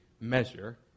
measure